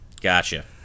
Gotcha